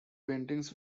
paintings